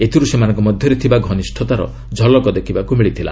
ଏଥିର୍ ସେମାନଙ୍କ ମଧ୍ୟରେ ଥିବା ଘନିଷ୍ଠତାର ଝଲକ ଦେଖିବାକୁ ମିଳିଥିଲା